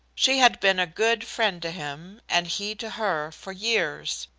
she had been a good friend to him, and he to her for years,